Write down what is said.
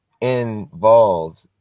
involved